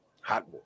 hot